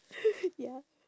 ya